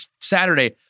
Saturday